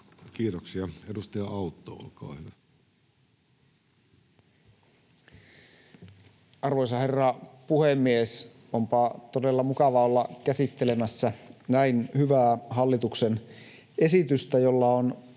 Kiitoksia. — Edustaja Autto, olkaa hyvä. Arvoisa herra puhemies! Onpa todella mukavaa olla käsittelemässä näin hyvää hallituksen esitystä, jolla on